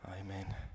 Amen